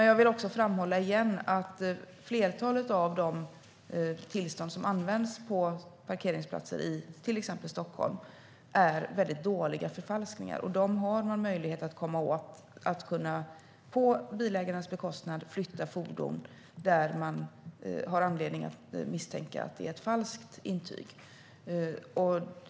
Jag vill igen framhålla att flertalet av de tillstånd som används på parkeringsplatser i till exempel Stockholm är väldigt dåliga förfalskningar. Dem har man möjlighet att komma åt genom att på bilägarens bekostnad flytta fordon där man har anledning att misstänka att det är ett falskt tillstånd.